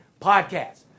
podcast